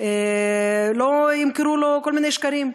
שלא ימכרו לו כל מיני שקרים,